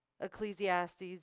Ecclesiastes